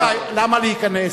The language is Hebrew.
רבותי, למה להיכנס?